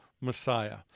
Messiah